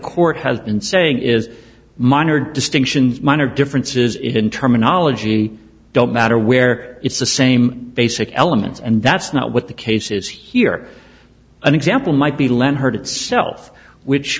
court has been saying is minor distinctions minor differences in terminology don't matter where it's the same basic elements and that's not what the case is here an example might be len heard itself which